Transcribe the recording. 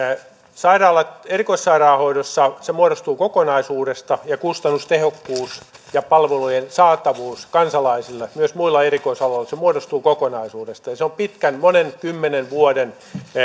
erikoissairaanhoidossa se muodostuu kokonaisuudesta ja kustannustehokkuus ja palvelujen saatavuus kansalaisille myös muilla erikoisaloilla muodostuu kokonaisuudesta se on pitkän monen kymmenen vuoden